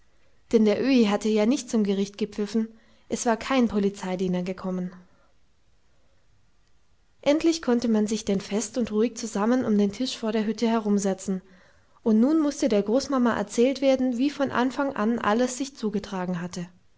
denn der öhi hatte ja nicht zum gericht gepfiffen es war kein polizeidiener angekommen endlich konnte man sich denn fest und ruhig zusammen um den tisch vor der hütte herumsetzen und nun mußte der großmama erzählt werden wie von anfang an alles sich zugetragen hatte